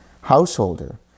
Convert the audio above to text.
Householder